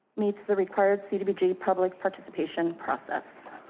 meets the required cdbg public participation process.